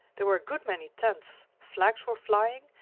there were a good many tents flags were flying,